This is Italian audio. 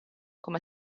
come